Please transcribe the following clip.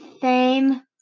fame